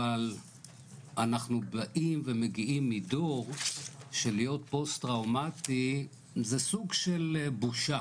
אבל אנחנו באים ומגיעים מדור של להיות פוסט טראומטי זה סוג של בושה